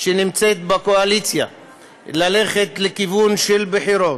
שנמצאת בקואליציה ללכת לכיוון של בחירות.